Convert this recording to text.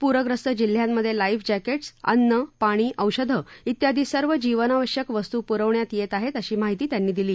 पूरग्रस्त जिल्ह्यांमधे life jackets अन्न पाणी औषधं तेयादी सर्व जीवनाश्यक वस्तू पुरवण्यात येत आहेत अशी माहिती त्यांनी दिली